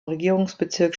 regierungsbezirk